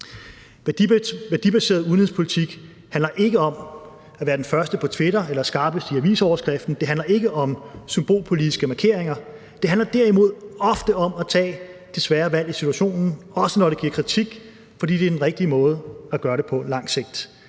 Værdibaseret udenrigspolitik handler ikke om at være den første på Twitter eller skarpest i avisoverskriften, det handler ikke om symbolpolitiske markeringer, men det handler derimod ofte om at tage det svære valg i situationen, også når det giver kritik, fordi det er den rigtige måde at gøre det på på lang sigt.